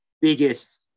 biggest